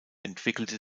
entwickelte